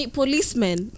policemen